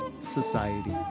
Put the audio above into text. Society